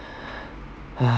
ah